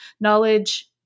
knowledge